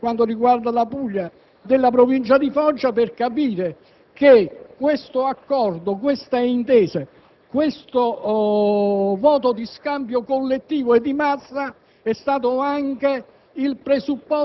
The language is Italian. di alcune zone (per esempio, per quanto riguarda la Puglia, quelli della provincia di Foggia) per capire che questo accordo, questa intesa, questo voto di scambio collettivo e di massa